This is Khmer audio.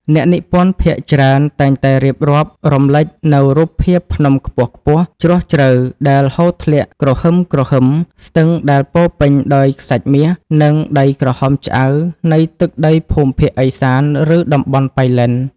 អ្នកនិពន្ធភាគច្រើនតែងតែរៀបរាប់រំលេចនូវរូបភាពភ្នំខ្ពស់ៗ ជ្រោះជ្រៅដែលហូរធ្លាក់គ្រហឹមៗ ស្ទឹងដែលពោរពេញដោយខ្សាច់មាស និងដីក្រហមឆ្អៅនៃទឹកដីភូមិភាគឦសាន ឬតំបន់ប៉ៃលិន។